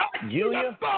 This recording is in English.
Julia